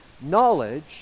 Knowledge